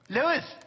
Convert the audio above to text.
Lewis